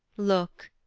look,